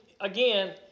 again